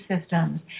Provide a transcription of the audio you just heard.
systems